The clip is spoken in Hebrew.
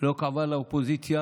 לא קבעה לאופוזיציה